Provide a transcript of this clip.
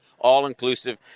all-inclusive